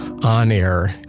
on-air